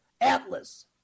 Atlas